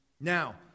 Now